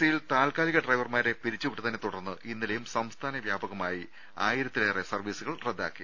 സിയിൽ താൽകാലിക ഡ്രൈവർമാരെ പിരിച്ചുവിട്ട തിനെ തുടർന്ന് ഇന്നലെയുംസംസ്ഥാന വ്യാപകമായി ആയിരത്തി ലേറെ ട്രിപ്പുകൾ റദ്ദാക്കി